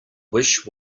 wish